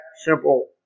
simple